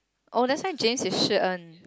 oh that's why James is Shi-En